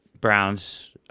Browns